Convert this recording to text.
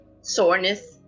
Soreness